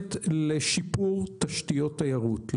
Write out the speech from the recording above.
מוכוונת לשיפור תשתיות תיירות,